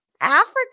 Africa